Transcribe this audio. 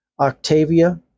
Octavia